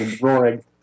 roaring